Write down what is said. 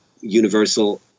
universal